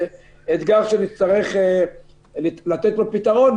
אתגר שנצטרך לתת לו פתרון.